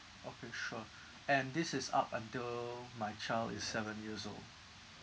okay sure and this is up until my child is seven years old